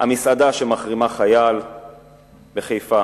המסעדה שמחרימה חייל בחיפה,